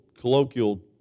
colloquial